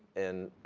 in,